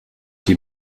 die